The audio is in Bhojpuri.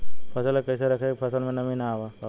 फसल के कैसे रखे की फसल में नमी ना आवा पाव?